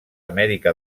amèrica